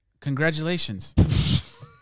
congratulations